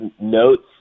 notes